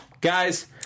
guys